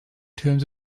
terms